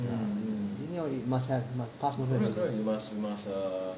mm must have must pass motion everyday